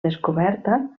descoberta